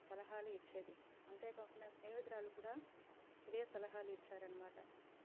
సలహాలు ఇచ్చేది అంతే కాకుండా స్నేహితురాళ్ళు కూడా ఇదే సలహాలు ఇచ్చారన్నమాట